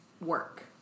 work